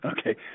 Okay